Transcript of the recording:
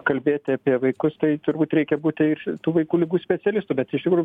kalbėti apie vaikus tai turbūt reikia būti ir tų vaikų ligų specialistu bet iš tikrų